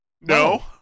No